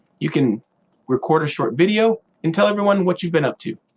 you can record a short video and tell everyone what you've been up to.